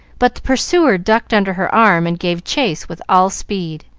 but the pursuer ducked under her arm and gave chase with all speed.